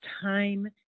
time